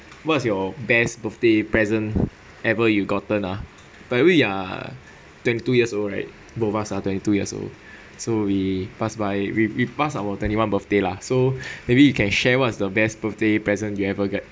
what's your best birthday present ever you've gotten ah by the way you are twenty two years old right both of us are twenty two years old so we pass by we we passed our twenty one birthday lah so maybe you can share what's the best birthday present you ever get